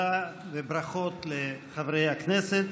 תודה וברכות לחברי הכנסת.